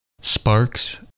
Sparks